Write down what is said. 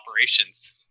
operations